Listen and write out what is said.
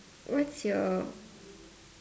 what's your